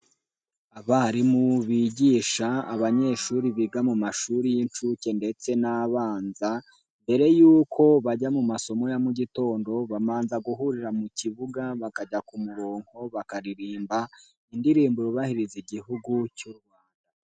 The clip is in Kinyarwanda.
Abarimu bigisha abanyeshuri biga mu mashuri y'inshuke ndetse n' abanza mbere yuko bajya mu masomo ya mu gitondo babanza guhurira mu kibuga bakajya ku murongo, bakaririmba indirimbo yubahiriza Igihugu cy'u Rwanda.